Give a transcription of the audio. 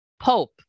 pope